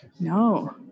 No